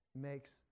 makes